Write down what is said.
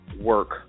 work